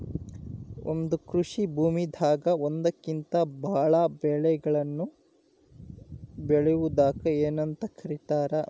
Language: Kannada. ಒಂದೇ ಕೃಷಿ ಭೂಮಿದಾಗ ಒಂದಕ್ಕಿಂತ ಭಾಳ ಬೆಳೆಗಳನ್ನ ಬೆಳೆಯುವುದಕ್ಕ ಏನಂತ ಕರಿತಾರೇ?